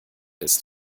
ist